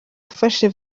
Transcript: yafashe